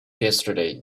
yesterday